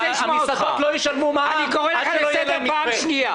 המסעדות לא ישלמו מע"מ עד שלא יהיה להן מתווה.